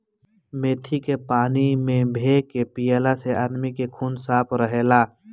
मेथी के पानी में भे के पियला से आदमी के खून साफ़ रहेला